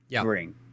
bring